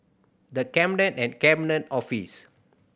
The Cabinet and Cabinet Office